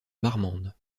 marmande